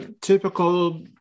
Typical